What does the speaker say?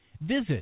Visit